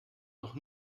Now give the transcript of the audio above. noch